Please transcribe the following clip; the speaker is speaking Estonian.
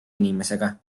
inimesega